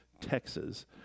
Texas